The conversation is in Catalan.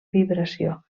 vibració